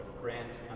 grant